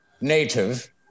native